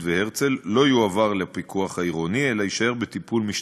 והרצל לא יועבר לפיקוח העירוני אלא יישאר בטיפול משטרתי.